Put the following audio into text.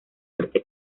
fuerte